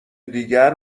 دیگر